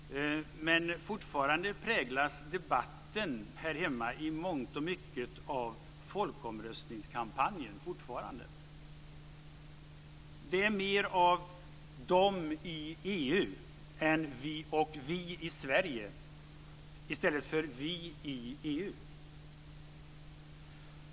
Men fortfarande präglas debatten här hemma i mångt och mycket av folkomröstningskampanjen. Det är mer av "de i EU" och "vi i Sverige" än "vi i EU".